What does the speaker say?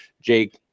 Jake